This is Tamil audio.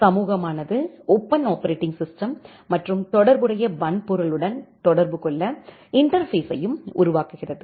சமூகமானது ஓபன் ஆப்பரேட்டிங் சிஸ்டம் மற்றும் தொடர்புடைய வன்பொருளுடன் தொடர்பு கொள்ள இன்டர்பேஸ்ஸையும் உருவாக்குகிறது